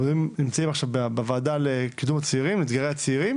אנחנו נמצאים עכשיו פה בדיון הוועדה לקידום אתגרי הצעירים